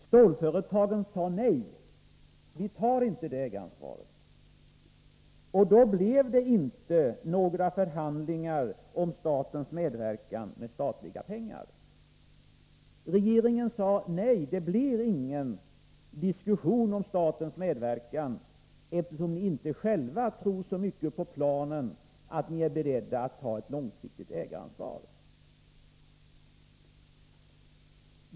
Stålföretagen sade nej — man ville inte ta detta ägaransvar. Då blev det inte några förhandlingar om statens medverkan med statliga pengar. Regeringen sade: Nej, det blir ingen diskussion om statens medverkan, eftersom ni inte själva tror så mycket på planen att ni är beredda att ta ett långsiktigt ägaransvar.